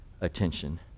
attention